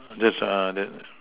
there's a there